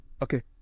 Okay